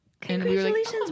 Congratulations